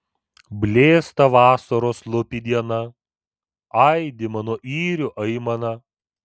blėsta vasaros slopi diena aidi mano yrių aimana